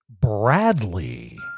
Bradley